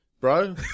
Bro